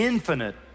Infinite